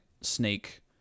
snake